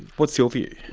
what's your view?